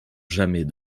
jamais